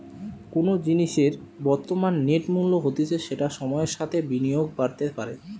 কোনো জিনিসের বর্তমান নেট মূল্য হতিছে যেটা সময়ের সাথেও বিনিয়োগে বাড়তে পারে